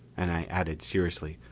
and i added seriously,